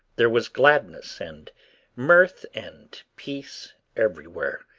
there was gladness and mirth and peace everywhere,